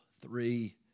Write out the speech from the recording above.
three